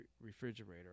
refrigerator